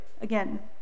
again